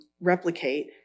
replicate